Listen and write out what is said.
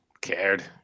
Cared